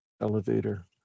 elevator